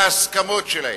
בהסכמות שלהם.